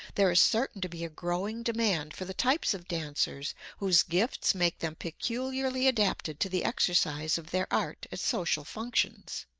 there is certain to be a growing demand for the types of dancers whose gifts make them peculiarly adapted to the exercise of their art at social functions.